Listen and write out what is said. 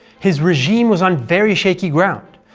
his regime was on very shaky ground,